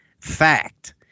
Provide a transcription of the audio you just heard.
fact